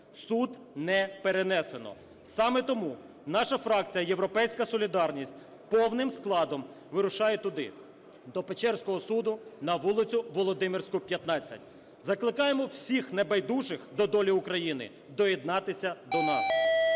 Суд не перенесено. Саме тому наша фракція "Європейська солідарність" повним складом вирушає туди, до печерського суду на вулицю Володимирську, 15. Закликаємо всіх небайдужих до долі України доєднатися до нас.